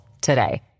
today